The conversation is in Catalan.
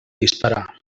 disparar